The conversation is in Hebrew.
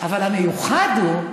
אבל המיוחד הוא,